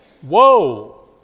Whoa